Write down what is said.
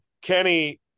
kenny